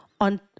on